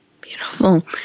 Beautiful